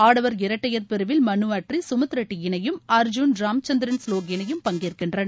ஆட்வர் இரட்டையர் பிரிவில் மனுஅட்ரி சுமித் ரெட்டி இணையும் அர்ஜூன் ரான்சந்திரன் ஸ்லோக் இணையும் பங்கேற்கின்றன